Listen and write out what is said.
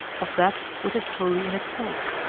of that which is holy in itself,